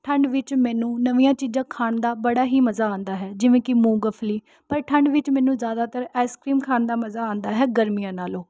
ਠੰਢ ਵਿੱਚ ਮੈਨੂੰ ਨਵੀਆਂ ਚੀਜ਼ਾਂ ਖਾਣ ਦਾ ਬੜਾ ਹੀ ਮਜ਼ਾ ਆਉਂਦਾ ਹੈ ਜਿਵੇਂ ਕਿ ਮੂੰਗਫਲੀ ਪਰ ਠੰਢ ਵਿੱਚ ਮੈਨੂੰ ਜ਼ਿਆਦਾਤਰ ਆਇਸ ਕਰੀਮ ਖਾਣ ਦਾ ਮਜ਼ਾ ਆਉਂਦਾ ਹੈ ਗਰਮੀਆਂ ਨਾਲੋਂ